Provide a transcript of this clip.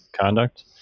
conduct